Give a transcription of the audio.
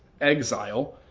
exile